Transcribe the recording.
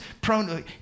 prone